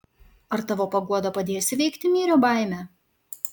ar tavo paguoda padės įveikt myrio baimę